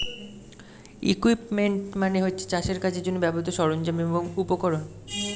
equipment মানে হচ্ছে চাষের কাজের জন্যে ব্যবহৃত সরঞ্জাম এবং উপকরণ